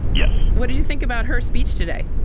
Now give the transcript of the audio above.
yes. what do you think about her speech today?